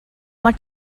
what